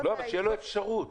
אבל שתהיה לו אפשרות.